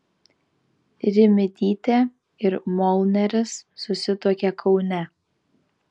rimydytė ir molneris susituokė kaune